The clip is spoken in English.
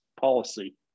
policy